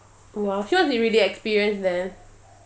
!wah! shows that he really experienced then